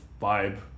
vibe